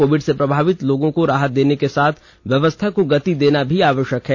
Covid से प्रभावित लोगों को राहत देने के साथ व्यवस्था को गति देना भी आवश्यक है